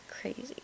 Crazy